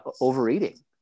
overeating